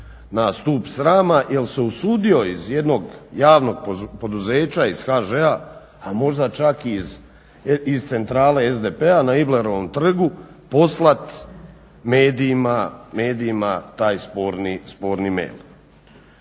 na stup srama jer se usudio iz jednog javnog poduzeća, iz HŽ-a, a možda čak i iz centrale SDP-a na Iblerovom trgu poslati medijima taj sporni e-mail.